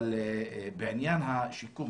בעניין השיקום,